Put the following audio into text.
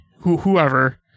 whoever